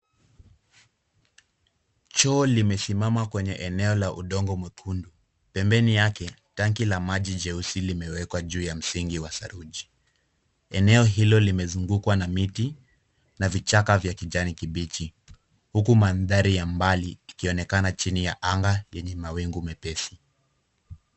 Choo limesimama kwenye sehemu ya udongo mwekundu. Pembeni mwake. Tanki la maji eusi limewekwa juu ya msingi wa saruji. Eneo hilo limezungukwa na miti na vichaka vya kijani kibichi, huku mandhari ya mbali ikionekana chini ya anga yenye mawingu mepesi.